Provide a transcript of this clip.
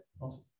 Awesome